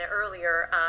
earlier